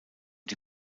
die